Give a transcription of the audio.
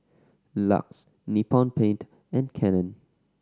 LUX Nippon Paint and Canon